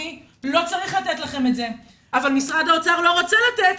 אני לא צריך לתת לכם את זה' אבל משרד האוצר לא רצה לתת,